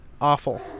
awful